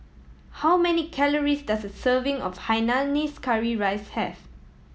how many calories does a serving of hainanese curry rice have